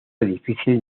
difícil